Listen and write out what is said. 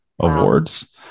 awards